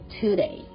today